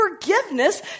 forgiveness